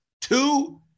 Two